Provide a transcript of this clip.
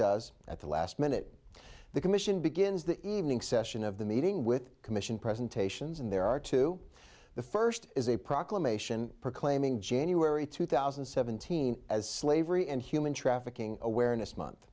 does at the last minute the commission begins the evening session of the meeting with commission presentations and there are two the first is a proclamation proclaiming january two thousand and seventeen as slavery and human trafficking awareness month